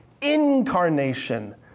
incarnation